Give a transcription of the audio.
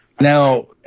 Now